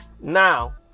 Now